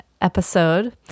episode